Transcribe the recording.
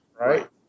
Right